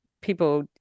people